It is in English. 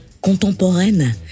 contemporaine